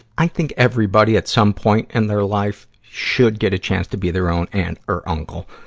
i think everybody at some point in their life should get a chance to be their own aunt or uncle.